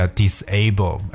disable